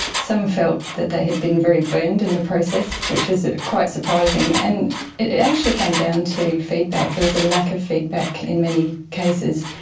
some felt that they had been very burned in the process, which is quite surprising. and it actually came down to feedback, there was a lack of feedback in many cases.